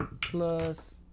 plus